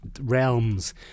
realms